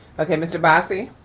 okay, mr. bossy.